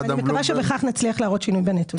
אני מקווה שבכך נצליח להראות שינוי בנתונים.